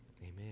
Amen